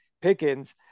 Pickens